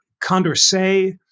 Condorcet